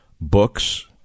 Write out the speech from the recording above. books